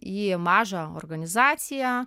į mažą organizaciją